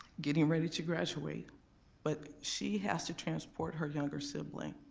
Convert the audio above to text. getting ready to graduate but she has to transport her younger sibling.